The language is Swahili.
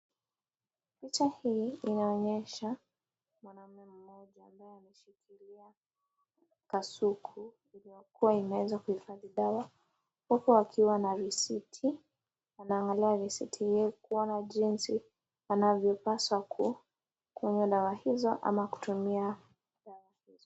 Picha hii inaonyesha mwanaume mmoja ambayo ameshikilia kasuku inayokua inaweza kuhifadhi dawa, huku wakiwa na risiti, wanaangalia risiti kuona jinsi wanavyo paswa kunywa dawa hizo ama kutumia dawa hizo.